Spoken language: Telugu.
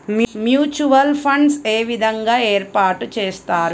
మ్యూచువల్ ఫండ్స్ ఏ విధంగా ఏర్పాటు చేస్తారు?